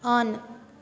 on